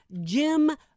Jim